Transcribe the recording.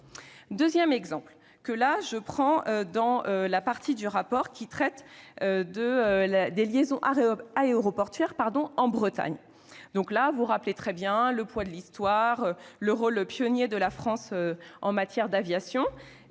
deuxième exemple est tiré de la partie du rapport relative aux liaisons aéroportuaires en Bretagne. Vous rappelez très bien le poids de l'histoire et le rôle pionnier de la France en matière d'aviation,